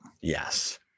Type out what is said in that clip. Yes